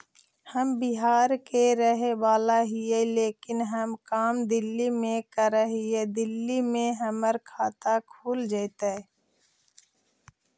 हम बिहार के रहेवाला हिय लेकिन हम काम दिल्ली में कर हिय, दिल्ली में हमर खाता खुल जैतै?